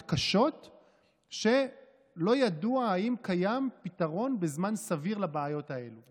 קשות שלא ידוע אם קיים פתרון בזמן סביר לבעיות האלה.